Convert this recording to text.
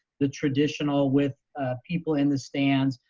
the traditional with people in the stands,